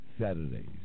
Saturdays